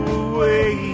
away